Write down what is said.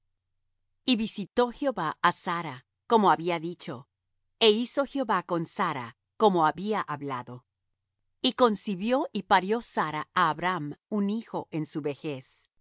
y visito jehová á sara como había dicho é hizo jehová con sara como había hablado y concibió y parió sara á abraham un hijo en su vejez en